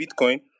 Bitcoin